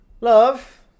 Love